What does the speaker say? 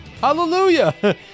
Hallelujah